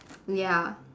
ya